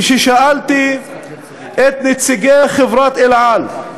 כששאלתי את נציגי חברת "אל על",